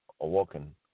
awoken